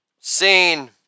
Scene